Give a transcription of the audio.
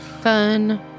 Fun